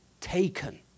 taken